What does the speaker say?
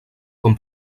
com